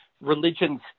religion's